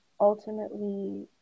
ultimately